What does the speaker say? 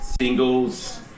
singles